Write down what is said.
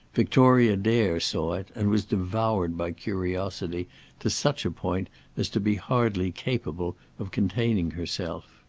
victoria dare saw it and was devoured by curiosity to such a point as to be hardly capable of containing herself.